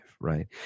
right